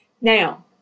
Now